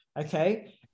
okay